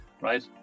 right